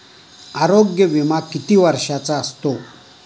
आरोग्य विमा किती वर्षांचा असतो?